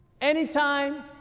anytime